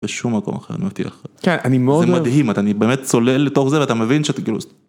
בשום מקום אחר אני מבטיח לך. כן אני מאוד. זה מדהים אני באמת צולל לתוך זה ואתה מבין שאתה כאילו...